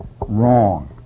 wrong